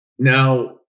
Now